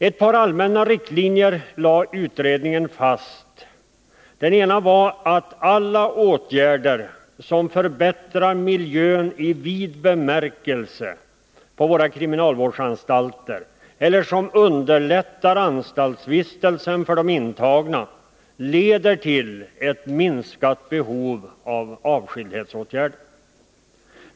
Ett par allmänna riktlinjer lade utredningen fast. Den ena var att alla åtgärder som förbättrar miljön i vid bemärkelse på våra kriminalvårdsanstalter eller som underlättar anstaltsvistelsen för de intagna leder till ett minskat behov av avskildhetsåtgärder.